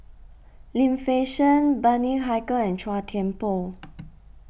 Lim Fei Shen Bani Haykal and Chua Thian Poh